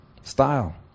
Style